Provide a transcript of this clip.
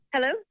Hello